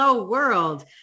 world